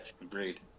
Agreed